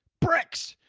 bricks.